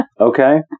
Okay